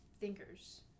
thinkers